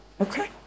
okay